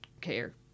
care